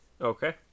Okay